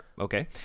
Okay